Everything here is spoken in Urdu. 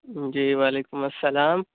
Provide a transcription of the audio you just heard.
جی وعلیکم السلام